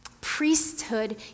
Priesthood